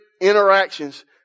interactions